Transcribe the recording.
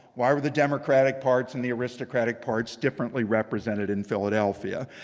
why were the democratic parts and the aristocratic parts differently represented in philadelphia?